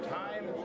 time